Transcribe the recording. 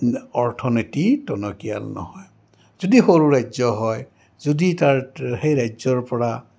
অৰ্থনীতি টনকীয়াল নহয় যদি সৰু ৰাজ্য হয় যদি তাৰ সেই ৰাজ্যৰপৰা